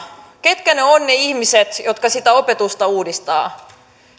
ketkä ovat ne ihmiset jotka sitä opetusta uudistavat